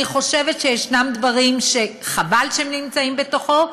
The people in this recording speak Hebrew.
אני חושבת שישנם דברים שחבל שהם נמצאים בתוכו.